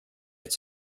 its